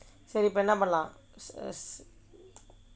இப்போ என்ன பண்ணலாம்:ippo enna pannalaam